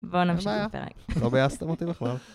בואו נמשיך לפה רגע. לא ביאסתם אותי בכלל.